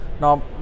Now